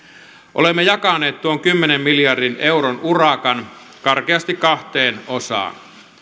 olemme jakaneet tuon kymmenen miljardin euron urakan karkeasti kahteen osaan